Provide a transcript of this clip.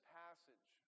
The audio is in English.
passage